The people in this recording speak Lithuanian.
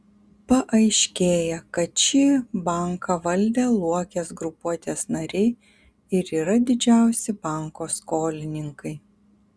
paaiškėja kad šį banką valdę luokės grupuotės nariai ir yra didžiausi banko skolininkai